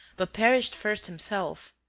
but perished first himself.